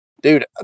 dude